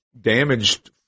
damaged